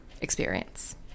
experience